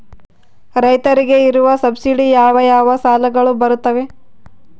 ರೈತರಿಗೆ ಇರುವ ಸಬ್ಸಿಡಿ ಯಾವ ಯಾವ ಸಾಲಗಳು ಬರುತ್ತವೆ?